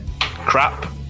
crap